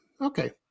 Okay